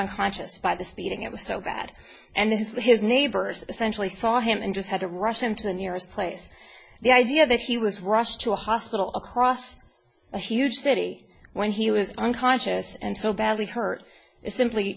unconscious by this beating it was so bad and this the his neighbors essentially saw him and just had to rush him to the nearest place the idea that he was rushed to a hospital across a huge city when he was unconscious and so badly hurt is simply